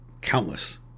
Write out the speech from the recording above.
countless